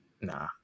Nah